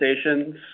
stations